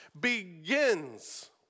begins